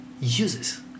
uses